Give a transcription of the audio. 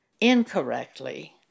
incorrectly